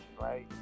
right